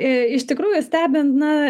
iš tikrųjų stebina